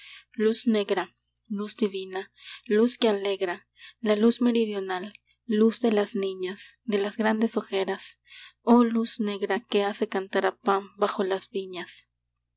luz negra luz divina luz que alegra la luz meridional luz de las niñas de las grandes ojeras oh luz negra que hace cantar a pan bajo las viñas